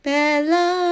Bella